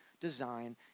design